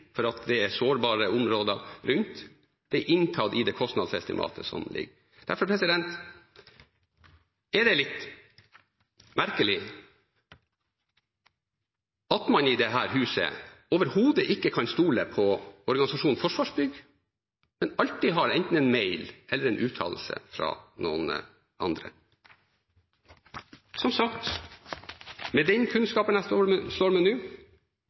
det er sårbare områder rundt. Dette er inntatt i det kostnadsestimatet som ligger. Derfor er det litt merkelig at man i dette huset overhodet ikke kan stole på organisasjonen Forsvarsbygg, men alltid har enten en mail eller en uttalelse fra noen andre. Som sagt: Med den kunnskapen jeg står med